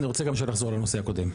אני רוצה שנחזור לנושא הקודם.